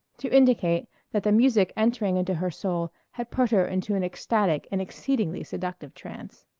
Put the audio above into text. to indicate that the music entering into her soul had put her into an ecstatic and exceedingly seductive trance.